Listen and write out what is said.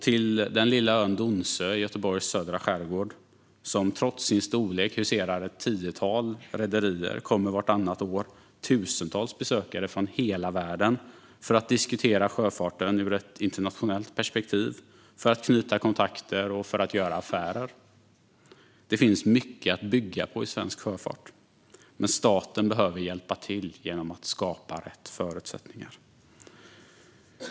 Till den lilla ön Donsö i Göteborgs södra skärgård, som trots sin storlek huserar ett tiotal rederier, kommer vartannat år tusentals besökare från hela världen för att diskutera sjöfarten ur ett internationellt perspektiv, knyta kontakter och göra affärer. Det finns mycket att bygga på i svensk sjöfart. Men staten behöver hjälpa till genom att skapa rätt förutsättningar.